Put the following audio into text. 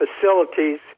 facilities